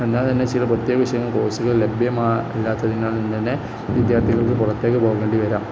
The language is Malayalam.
എന്നാൽ തന്നെ ചില പ്രത്യേക വിഷയങ്ങളില് കോഴ്സുകൾ ലഭ്യമല്ലാത്തതിനാല്ത്തന്നെ വിദ്യാർത്ഥികൾക്കു പുറത്തേക്കു പോകേണ്ടി വരാം